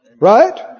Right